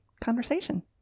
conversation